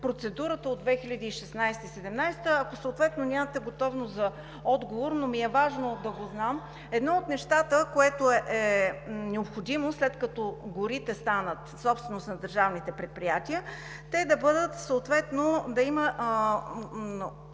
процедурата от 2016 – 2017 г. Ако съответно нямате готовност за отговор, но ми е важно да го знам, едно от нещата, което е необходимо, след като горите станат собственост на държавните предприятия, съответно да има